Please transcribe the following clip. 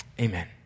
Amen